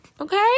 Okay